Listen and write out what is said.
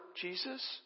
Jesus